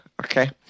Okay